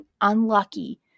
unlucky